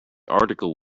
article